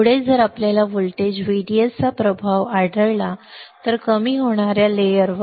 पुढे जर आपल्याला व्होल्टेज VDS चा प्रभाव आढळला तर कमी होणाऱ्या लेयरवर